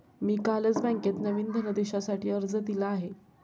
मी कालच बँकेत नवीन धनदेशासाठी अर्ज दिला आहे